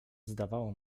zdawało